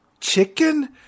chicken